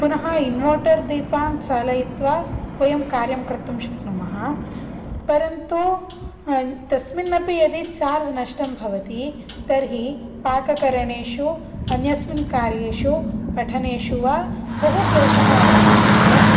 पुनः इन्वर्टर् दीपान् चालयित्वा वयं कार्यं कर्तुं शक्नुमः परन्तु तस्मिन्नपि यदि चार्ज् नष्टं भवति तर्हि पाककरणेषु अन्यस्मिन् कार्येषु पठनेषु वा बहु क्लेशः अनुभूयते